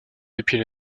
depuis